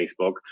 Facebook